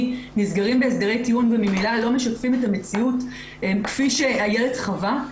נסגרים בהסדרי טיעון וממילא לא משקפים את המציאות כפי שהילד חווה,